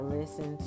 listen